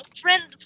friend